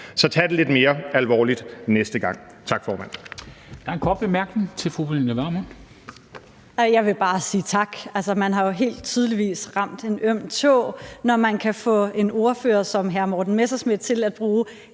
Så tag det lidt mere alvorligt næste gang! Tak, formand.